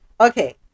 Okay